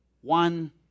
one